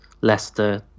Leicester